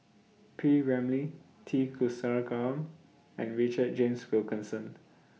P Ramlee T Kulasekaram and Richard James Wilkinson